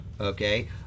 okay